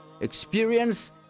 experience